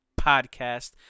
Podcast